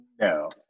No